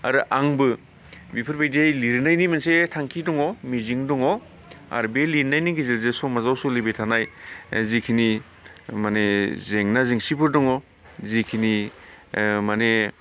आरो आंबो बेफोरबायदियै लिरनायनि मोनसे थांखि दङ मिजिं दङ आरो बे लिरनायनि गेजेरजों समाजाव सोलिबाय थानाय जिखिनि माने जेंना जेंसिफोर दङ जिखिनि माने